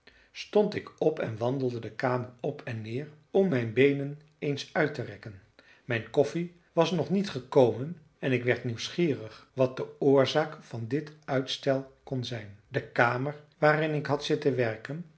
stond ik op en wandelde de kamer op en neer om mijn beenen eens uit te rekken mijn koffie was nog niet gekomen en ik werd nieuwsgierig wat de oorzaak van dit uitstel kon zijn de kamer waarin ik had zitten werken